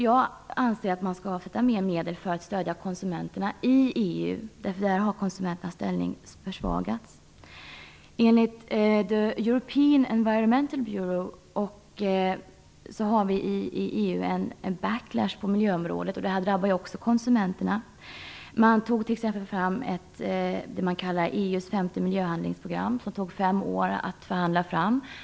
Jag anser att man bör avsätta mer medel för att stödja konsumenterna i EU där konsumenternas ställning har försvagats. Enligt the European Environmental Bureau har vi i EU en backlash på miljöområdet. Det drabbar också konsumenterna. Man tog fram s.k. EU:s femte miljöhandlingsprogram. Det tog fem år att förhandla fram.